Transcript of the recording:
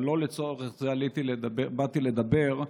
אבל לא לצורך זה באתי לדבר.